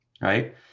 right